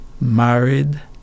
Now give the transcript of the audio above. married